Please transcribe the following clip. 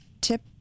tip